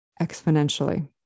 exponentially